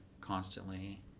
constantly